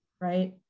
right